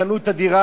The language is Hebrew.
קנו את הדירה,